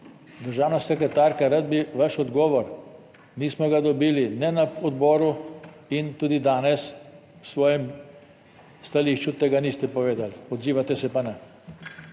Državna sekretarka, rad bi vaš odgovor. Nismo ga dobili, ne na odboru in tudi danes v svojem stališču tega niste povedali, odzivate se pa ne.